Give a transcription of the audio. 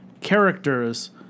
characters